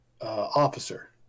officer